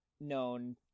known